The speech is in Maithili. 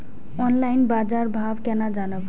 ऑनलाईन बाजार भाव केना जानब?